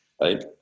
right